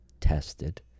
tested